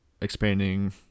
Expanding